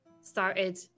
started